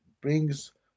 brings